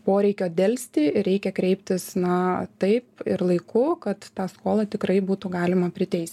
poreikio delsti reikia kreiptis na taip ir laiku kad tą skolą tikrai būtų galima priteis